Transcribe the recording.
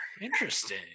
interesting